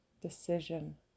decision